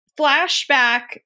flashback